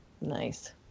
Nice